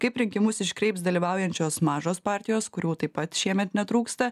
kaip rinkimus iškreips dalyvaujančios mažos partijos kurių taip pat šiemet netrūksta